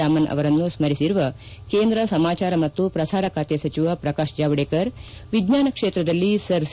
ರಾಮನ್ ಅವರನ್ನು ಸ್ಕುರಿಸಿರುವ ಕೇಂದ ಸಮಾಚಾರ ಮತ್ತು ಪ್ರಸಾರ ಖಾತೆ ಸಚಿವ ಪ್ರಕಾಶ್ ಜಾವಡೇಕರ್ ವಿಜ್ಞಾನ ಕ್ಷೇತ್ರದಲ್ಲಿ ಸರ್ ಸಿ